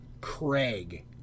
Craig